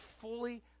fully